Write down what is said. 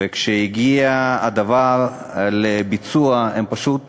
וכשהגיע הדבר לביצוע, הם פשוט נעלמו.